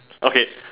okay